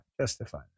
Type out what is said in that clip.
Justify